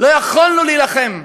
לא יכולנו להילחם.